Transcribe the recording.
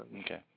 Okay